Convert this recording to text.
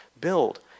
build